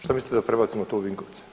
Šta mislite da prebacimo to u Vinkovce?